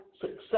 success